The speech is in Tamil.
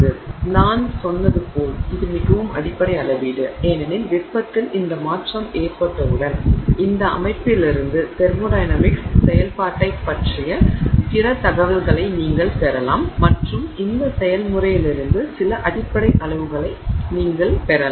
எனவே நான் சொன்னது போல் இது மிகவும் அடிப்படை அளவீடு ஏனெனில் வெப்பத்தில் இந்த மாற்றம் ஏற்பட்டவுடன் இந்த அமைப்பிலிருந்து தெர்மோடையனமிக்ஸ் செயல்பாட்டைப் பற்றிய பிற தகவல்களை நீங்கள் பெறலாம் மற்றும் இந்த செயல்முறையிலிருந்து சில அடிப்படை அளவுகளை நீங்கள் பெறலாம்